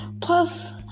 plus